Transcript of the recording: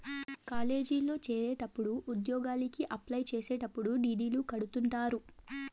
కాలేజీల్లో చేరేటప్పుడు ఉద్యోగలకి అప్లై చేసేటప్పుడు డీ.డీ.లు కడుతుంటారు